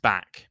Back